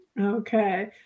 Okay